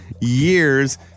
years